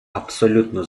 абсолютно